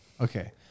Okay